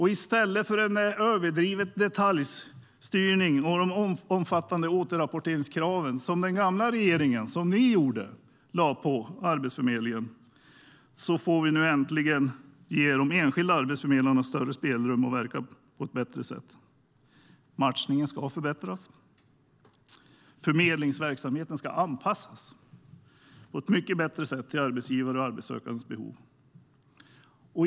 I stället för den överdrivna detaljstyrningen och de omfattande återrapporteringskraven, som den gamla regeringen lade på Arbetsförmedlingen, får vi nu äntligen ge de enskilda arbetsförmedlarna större spelrum att verka på ett bättre sätt. Matchningen ska förbättras. Förmedlingsverksamheten ska på ett mycket bättre sätt anpassas till arbetsgivares och arbetssökandes behov.